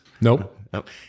Nope